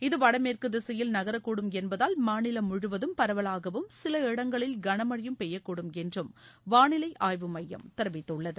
இது வடமேற்கு திசையில் நகரக் கூடும் என்பதால் மாநிலம் முழுவதும் பரவலாகவும் சில இடங்களில் கனமழையும் பெய்யக் கூடும் என்றும் வானிலை ஆய்வு மையம் தெரிவித்துள்ளது